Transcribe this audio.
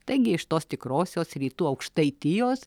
taigi iš tos tikrosios rytų aukštaitijos